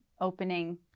opening